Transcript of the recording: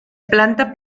planta